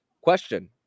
question